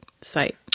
site